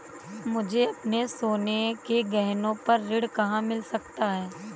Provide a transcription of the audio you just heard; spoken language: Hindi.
मुझे अपने सोने के गहनों पर ऋण कहाँ मिल सकता है?